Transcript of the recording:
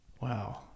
wow